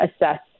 assess